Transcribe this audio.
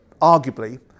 arguably